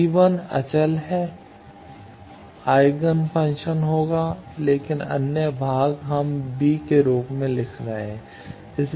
C1 अचल है eigenfunction होगा लेकिन अन्य भाग हम V के रूप में लिख रहे हैं